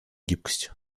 гибкость